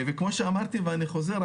כמו שאמרתי ואני חוזר,